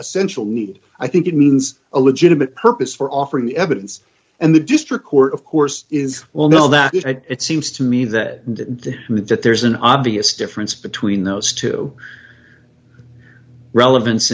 essential need i think it means a legitimate purpose for offering the evidence and the district court of course is well know that it seems to me that the image that there's an obvious difference between those two relevance